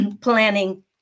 planning